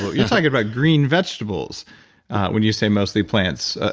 you're talking about green vegetables when you say mostly plants.